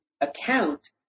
account